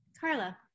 Carla